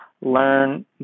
learn